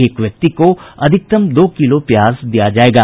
एक व्यक्ति को अधिकतम दो किलो प्याज दिया जायेगा